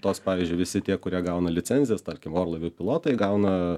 tos pavyzdžiui visi tie kurie gauna licencijas tarkim orlaivių pilotai gauna